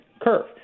curve